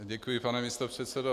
Děkuji, pane místopředsedo.